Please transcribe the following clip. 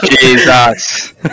Jesus